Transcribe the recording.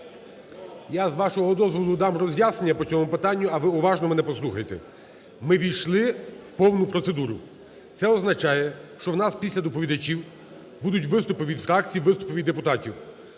Я, з вашого дозволу, дам роз'яснення по цьому питанню, а ви уважно мене послухайте. Ми ввійшли в повну процедуру. Це означає, що у нас після доповідачів будуть виступі від фракцій, виступі від депутатів.